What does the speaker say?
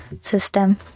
system